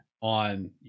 on